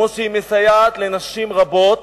כמו שהיא מסייעת לנשים רבות,